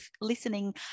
listening